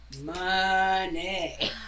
Money